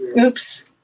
Oops